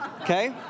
okay